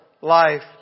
life